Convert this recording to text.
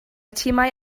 timau